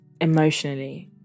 emotionally